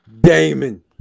Damon